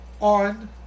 on